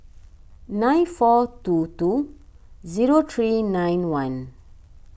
nine four two two zero three nine one